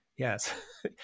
Yes